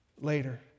later